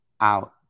Out